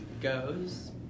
goes